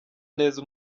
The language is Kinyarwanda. neza